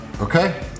Okay